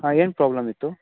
ಹಾಂ ಏನು ಪ್ರಾಬ್ಲಮ್ ಇತ್ತು